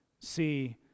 see